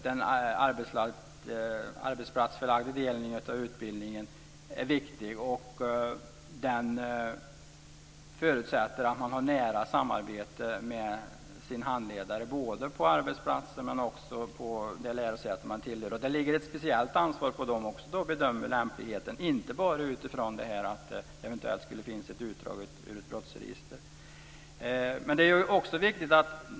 Den arbetsplatsförlagda delen av utbildningen är viktig och den förutsätter att man har nära samarbete med sin handledare, både på arbetsplatsen och på det lärosäte man tillhör. Det ligger ett speciellt ansvar på dem att också bedöma lämpligheten, inte bara utifrån att det eventuellt skulle finnas ett utdrag ur ett brottsregister.